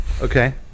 Okay